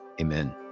amen